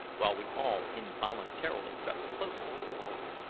while we all involuntarily crept closer to each other.